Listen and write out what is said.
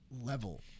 level